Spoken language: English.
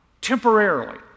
temporarily